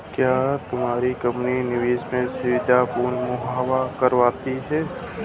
क्या तुम्हारी कंपनी निवेश सुविधायें मुहैया करवाती है?